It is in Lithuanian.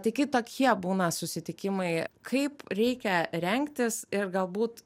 tai kai tokie būna susitikimai kaip reikia rengtis ir galbūt